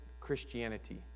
Christianity